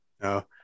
no